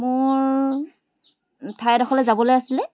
মোৰ ঠাই এডোখৰলৈ যাবলৈ আছিলে